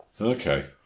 Okay